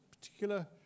particular